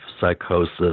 psychosis